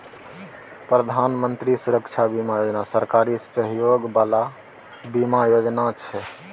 प्रधानमंत्री सुरक्षा बीमा योजना सरकारी सहयोग बला बीमा योजना छै